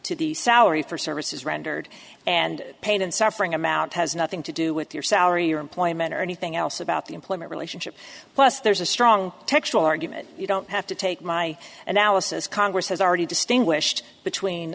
to the salary for services rendered and pain and suffering amount has nothing to do with your salary or employment or anything else about the employment relationship plus there's a strong textual argument you don't have to take my analysis congress has already distinguished between